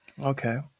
Okay